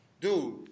dude